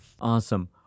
Awesome